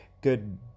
good